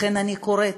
לכן אני קוראת